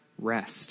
rest